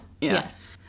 Yes